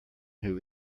who